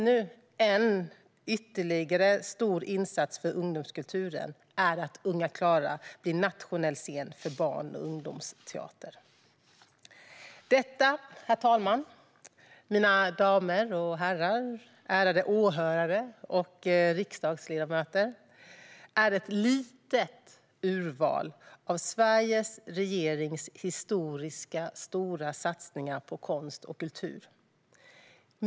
En ytterligare stor insats för ungdomskulturen är att Unga Klara blir nationell scen för barn och ungdomsteater. Detta, herr talman, mina damer och herrar, ärade åhörare och riksdagsledamöter, är ett litet urval av Sveriges regerings historiskt stora satsningar på konst och kultur.